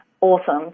awesome